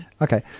Okay